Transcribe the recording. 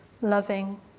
loving